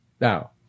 Now